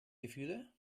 gefühle